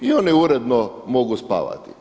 I oni uredno mogu spavati.